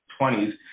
20s